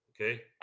Okay